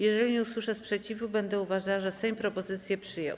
Jeżeli nie usłyszę sprzeciwu, będę uważała, że Sejm propozycję przyjął.